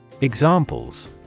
Examples